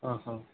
ହଁ ହଁ